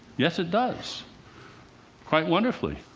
yes, it does quite wonderfully.